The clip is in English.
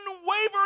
unwavering